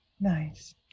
Nice